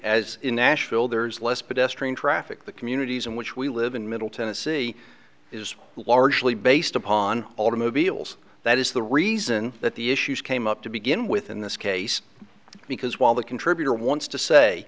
as in nashville there's less pedestrian traffic the communities in which we live in middle tennessee is largely based upon automobiles that is the reason that the issues came up to begin with in this case because while the contributor wants to say